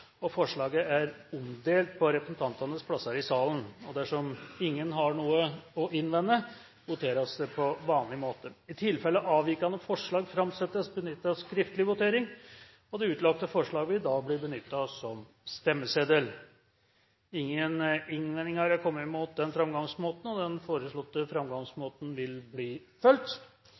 og forslaget er omdelt på representantenes plasser i salen. Dersom ingen har noe å innvende, voteres det på vanlig måte. I tilfelle avvikende forslag framsettes, benyttes skriftlig votering. Det utlagte forslaget vil da bli benyttet som stemmeseddel. – Ingen innvendinger er kommet mot denne framgangsmåten, og den foreslåtte framgangsmåte vil bli fulgt.